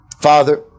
Father